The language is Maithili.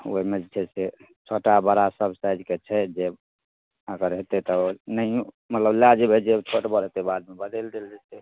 ओहिमे जे छै से छोटा बड़ा सब साइजके छै जे अगर हेते तऽ ओनाहिओ मतलब लै जएबै जे छोट बड़ हेते बादमे बदलि देल जएते